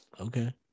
Okay